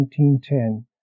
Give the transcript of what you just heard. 1910